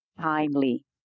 Timely